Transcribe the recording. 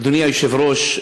אדוני היושב-ראש,